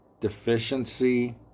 deficiency